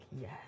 yes